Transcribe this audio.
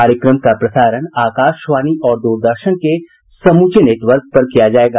कार्यक्रम का प्रसारण आकाशवाणी और द्रदर्शन के समूचे नेटवर्क पर किया जाएगा